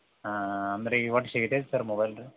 ಅಂದರೆ ಇವಾಗ ಸಿಗ್ತೈತ ಸರ್ ಮೊಬೈಲು